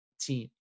team